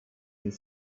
and